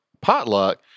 potluck